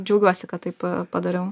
džiaugiuosi kad taip padariau